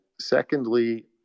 secondly